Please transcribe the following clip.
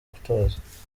gutoza